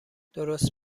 درست